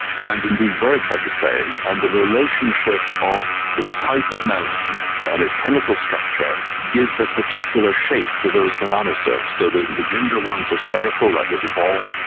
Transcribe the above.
and indeed birds have the same, and the relationship of the type of melanin and its chemical structure gives a particular shape to those melanosomes. so the the ginger ones are spherical like a little ball,